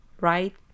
right